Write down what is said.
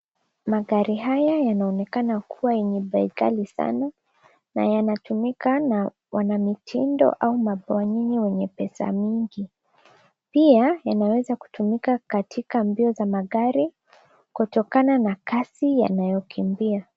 Magari haya yanaonekana kuwa yenye bei ghali sana na yanatumika na wanamitindo au mabwanyenye wenye pesa mingi , pia yanaweza kutumika katika mbio za magari kutokana na kasi yanayokimbia.